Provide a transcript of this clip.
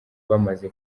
bamaze